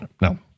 No